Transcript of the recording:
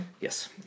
Yes